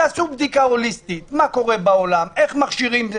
יעשו בדיקה הוליסטית מה קורה בעולם, איך מכשירים.